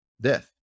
death